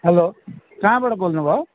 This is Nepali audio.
हेलो कहाँबाट बोल्नुभयो